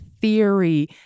theory